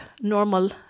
normal